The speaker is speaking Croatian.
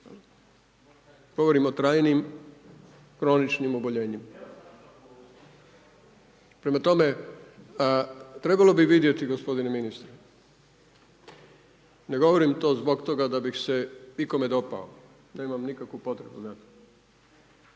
Govorimo o trajnim kroničnim oboljenjima. Prema tome, trebalo bi vidjeti gospodine ministre, ne govorim to zbog toga da bih se ikome dopao nemam nikakvu potrebu